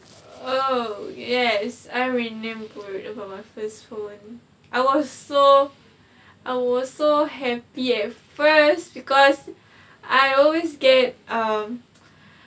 oh yes I remembered about my first phone I was so I was so happy at first because I always get um